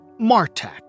Martech